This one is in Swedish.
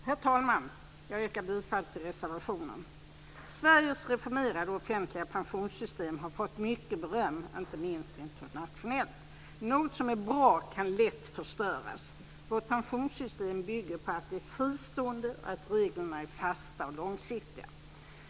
Herr talman! Jag yrkar bifall till reservationen. Sveriges reformerade offentliga pensionssystem har fått mycket beröm, inte minst internationellt. Men något som är bra kan lätt förstöras. Vårt pensionssystem bygger på att det är fristående och att reglerna är fasta och långsiktiga.